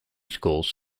schools